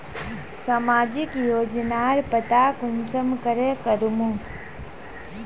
सामाजिक योजनार पता कुंसम करे करूम?